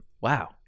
Wow